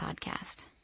podcast